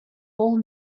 all